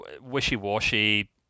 wishy-washy